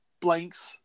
blanks